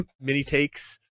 mini-takes